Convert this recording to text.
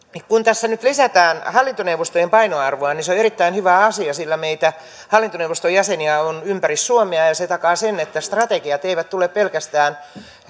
kun tässä nyt lisätään hallintoneuvostojen painoarvoa niin se on erittäin hyvä asia sillä meitä hallintoneuvoston jäseniä on ympäri suomea ja ja se takaa sen että strategiat eivät tule pelkästään